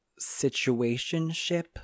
situationship